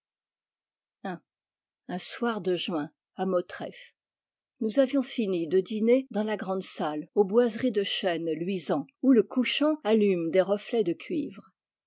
un soir de juin à motreff nous avions fini de dîner dans la grande salle aux boiseries de chêne luisant où le couchant allume des reflets de cuivre